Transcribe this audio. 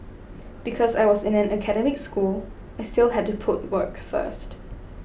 because I was in an academic school I still had to put work first